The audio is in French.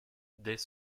dès